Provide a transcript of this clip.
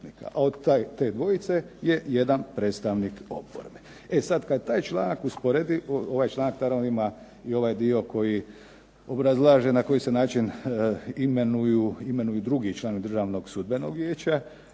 a od te dvojice je jedan predstavnik oporbe. E sad kad taj članak usporedi, ovaj članak naravno ima i ovaj dio koji obrazlaže na koji se način imenuju drugi članovi drugi članovi Državnog sudbenog vijeća,